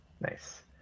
Nice